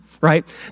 Right